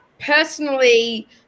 personally